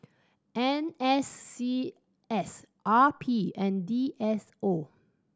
N S C S R P and D S O